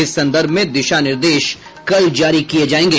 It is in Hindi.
इस संदर्भ में दिशा निर्देश कल जारी किए जाएंगे